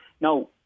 Now